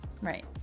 Right